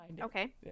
Okay